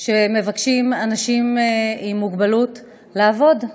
של אנשים עם מוגבלות לעבוד,